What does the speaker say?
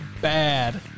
bad